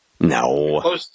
No